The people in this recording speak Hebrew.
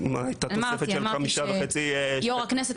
הייתה תוספת של 5.5. יו"ר הכנסת,